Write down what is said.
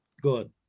Good